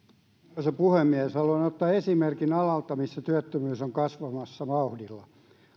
arvoisa puhemies haluan ottaa esimerkin alalta missä työttömyys on kasvamassa vauhdilla